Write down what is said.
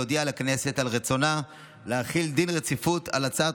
להודיע לכנסת על רצונה להחיל דין רציפות על הצעת